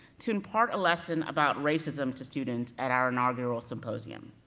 to impart a lesson about racism to students at our inaugural symposium.